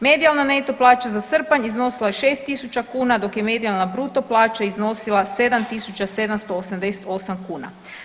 Medijalna neto plaća za srpanj iznosila je 6.000 kuna, dok je medijalna bruto plaća iznosila 7.788 kuna.